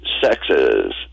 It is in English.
sexes